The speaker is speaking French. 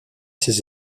ses